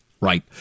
Right